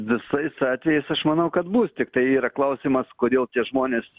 visais atvejais aš manau kad bus tiktai yra klausimas kodėl tie žmonės